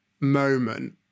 moment